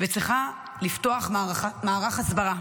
וצריכה לפתוח מערך הסברה: